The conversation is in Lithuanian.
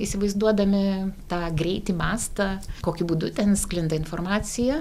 įsivaizduodami tą greitį mastą kokiu būdu ten sklinda informacija